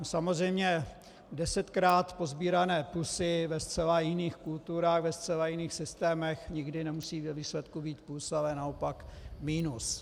Samozřejmě desetkrát posbírané plusy ve zcela jiných kulturách, ve zcela jiných systémech, nikdy nemusí ve výsledku být plus, ale naopak minus.